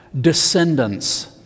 descendants